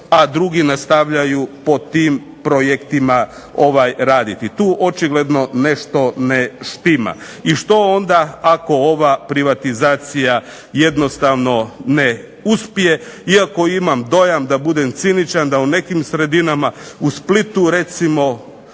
a drugi nastavljaju po tim projektima raditi. Tu očigledno nešto ne štima. I što onda ako ova privatizacija jednostavno ne uspije, iako imam dojam, da budem ciničan, da u nekim sredinama, u Splitu recimo